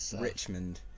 Richmond